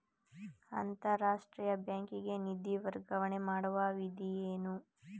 ಅಂತಾರಾಷ್ಟ್ರೀಯ ಬ್ಯಾಂಕಿಗೆ ನಿಧಿ ವರ್ಗಾವಣೆ ಮಾಡುವ ವಿಧಿ ಏನು?